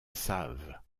save